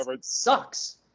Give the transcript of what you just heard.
sucks